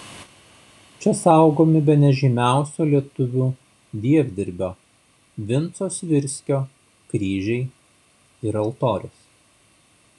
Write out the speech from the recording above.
čia saugomi bene žymiausio lietuvių dievdirbio vinco svirskio kryžiai ir altorius